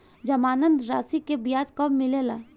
जमानद राशी के ब्याज कब मिले ला?